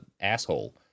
asshole